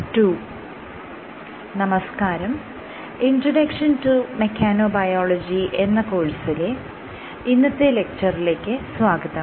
'introduction to mechanobiology' എന്ന കോഴ്സിലെ ഇന്നത്തെ ലെക്ച്ചറിലേക്ക് സ്വാഗതം